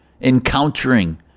encountering